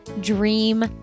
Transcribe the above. dream